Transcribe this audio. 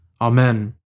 Amen